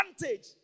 advantage